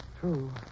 True